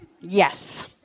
Yes